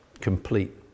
complete